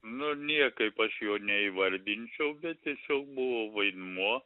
nu niekaip aš jo neįvardinčiau bet tiesiog buvo vaidmuo